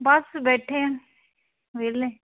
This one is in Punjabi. ਬਸ ਬੈਠੇ ਹਾਂ ਵਿਹਲੇ